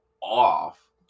off